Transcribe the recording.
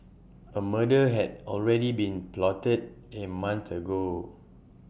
A murder had already been plotted A month ago